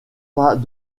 pas